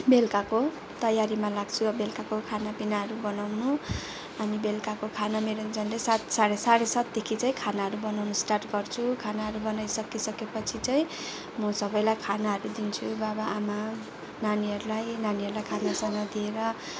बेलुकाको तयारीमा लाग्छु बेलुकाको खानापिनाहरू बनाउनु अनि बेलुकाको खाना मेरो झन्डै सात साढे सातदेखि चाहिँ खानाहरू बनाउनु स्टार्ट गर्छु खानाहरू बनाइ सकिसकेपछि चाहिँ म सबैलाई खानाहरू दिन्छु बाबा आमा नानीहरूलाई नानीहरूलाई खानासाना दिएर